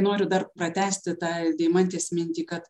noriu dar pratęsti tą deimantės mintį kad